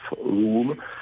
room